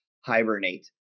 hibernate